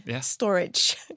storage